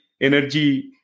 energy